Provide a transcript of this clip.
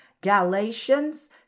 Galatians